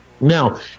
now